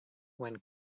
when